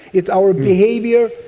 it's our behaviour,